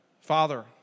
father